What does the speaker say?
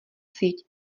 síť